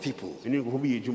people